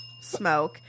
smoke